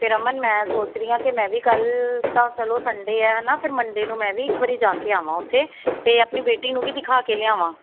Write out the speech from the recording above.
ਅਤੇ ਰਮਨ ਮੈਂ ਸੋਚ ਰਹੀ ਹਾਂ ਕਿ ਮੈਂ ਵੀ ਕੱਲ੍ਹ ਤਾਂ ਚਲੋ ਸੰਡੇ ਆ ਨਾ ਫਿਰ ਮੰਡੇ ਨੂੰ ਮੈਂ ਵੀ ਇੱਕ ਵਾਰੀ ਜਾ ਕੇ ਆਵਾਂ ਉੱਥੇ ਅਤੇ ਆਪਣੀ ਬੇਟੀ ਨੂੰ ਵੀ ਦਿਖਾ ਕੇ ਲਿਆਵਾਂ